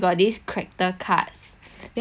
then I feel like buying eh but it's like